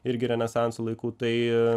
irgi renesanso laikų tai